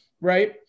right